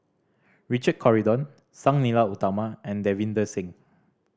Richard Corridon Sang Nila Utama and Davinder Singh